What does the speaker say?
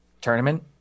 tournament